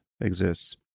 exists